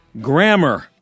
grammar